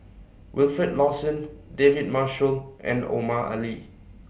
Wilfed Lawson David Marshall and Omar Ali